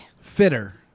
Fitter